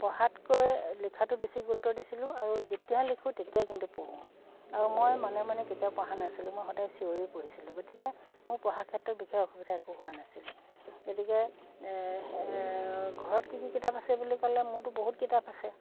পঢ়াতকৈ লিখাটো বেছি গুৰুত্ব দিছিলোঁ আৰু যেতিয়া লিখোঁ তেতিয়াই কিন্তু পঢ়োঁ আৰু মই মনে মনে কেতিয়াও পঢ়া নাছিলোঁ মই সদায় চিঞৰি পঢ়িছিলোঁ গতিকে মোৰ পঢ়াৰ ক্ষেত্ৰত বিশেষ অসুবিধা একো হোৱা নাছিল গতিকে ঘৰত কি কি কিতাপ আছে বুলি ক'লে মোৰতো বহুত কিতাপ আছে